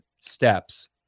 steps